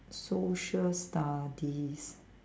social studies